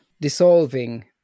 dissolving